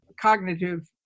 cognitive